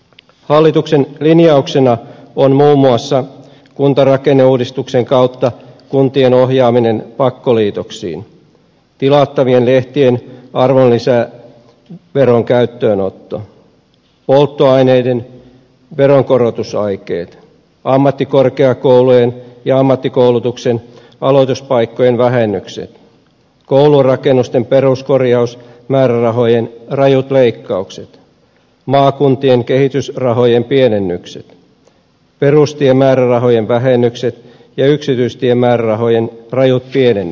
hallituksen linjauksena on muun muassa kuntarakenneuudistuksen kautta kuntien ohjaaminen pakkoliitoksiin tilattavien lehtien arvonlisäveron käyttöönotto polttoaineiden veronkorotusaikeet ammattikorkeakoulujen ja ammattikoulutuksen aloituspaikkojen vähennykset koulurakennusten peruskorjausmäärärahojen rajut leikkaukset maakuntien kehitysrahojen pienennykset perustiemäärärahojen vähennykset ja yksityistiemäärärahojen rajut pienennykset